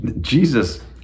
Jesus